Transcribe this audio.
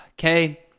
Okay